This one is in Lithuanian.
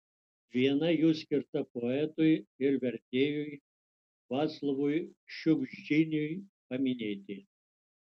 viena jų skirta poetui ir vertėjui vaclovui šiugždiniui paminėti